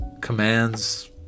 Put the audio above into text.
commands